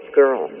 girl